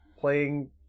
playing